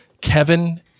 Kevin